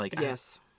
Yes